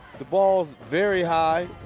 the ball is very high.